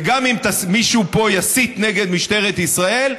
וגם אם מישהו פה יסית נגד משטרת ישראל,